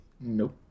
Nope